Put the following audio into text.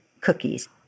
cookies